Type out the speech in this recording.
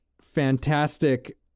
fantastic